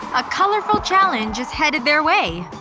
a colorful challenge is headed their way.